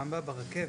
בפעם הבאה ברכבת...